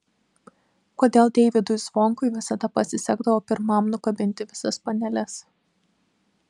kodėl deivydui zvonkui visada pasisekdavo pirmam nukabinti visas paneles